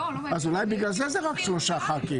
אולי בגלל זה יש רק שלושה חברי כנסת.